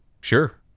Sure